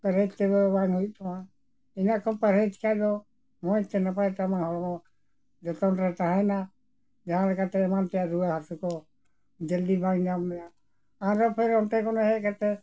ᱯᱮᱨᱮᱡ ᱛᱮᱫᱚ ᱵᱟᱝ ᱦᱩᱭᱩᱜ ᱛᱟᱢᱟ ᱤᱱᱟᱹ ᱠᱚ ᱯᱟᱨᱦᱮ ᱠᱷᱟᱱ ᱫᱚ ᱢᱚᱡᱽ ᱛᱮ ᱱᱟᱯᱟᱭ ᱛᱮ ᱟᱢᱟᱜ ᱦᱚᱲᱢᱚ ᱡᱚᱛᱚᱱ ᱨᱮ ᱛᱟᱦᱮᱱᱟ ᱡᱟᱦᱟᱸᱞᱮᱠᱟᱛᱮ ᱮᱢᱟᱱ ᱛᱮᱭᱟᱜ ᱨᱩᱣᱟᱹ ᱦᱟᱹᱥᱩ ᱠᱚ ᱡᱚᱞᱫᱤ ᱵᱟᱝ ᱧᱟᱢ ᱢᱮᱭᱟ ᱟᱨᱚ ᱯᱷᱮᱨ ᱚᱱᱛᱮ ᱠᱚᱱᱚ ᱦᱮᱡ ᱠᱟᱛᱮ